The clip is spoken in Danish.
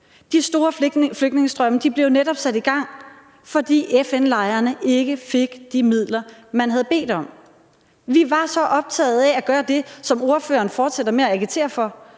De store flygtningestrømme blev jo netop sat i gang, fordi FN-lejrene ikke fik de midler, man havde bedt om. Vi var så optaget af at gøre det, som ordføreren fortsætter med at agitere for,